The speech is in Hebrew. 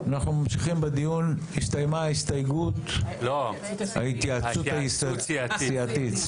הסתיימה ההתייעצות הסיעתית.